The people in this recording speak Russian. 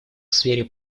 сфере